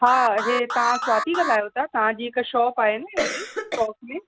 हा हीउ तव्हां स्वाती ॻाल्हायो था तव्हां जी हिकु शॉप आहे न हेॾांहुं चौक में